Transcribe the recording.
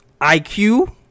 IQ